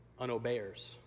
unobeyers